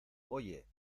oye